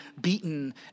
beaten